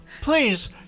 please